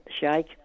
shake